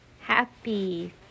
happy